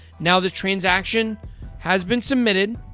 now the transaction has been submitted.